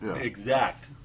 Exact